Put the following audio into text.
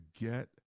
get